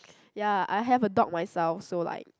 ya I have a dog myself so like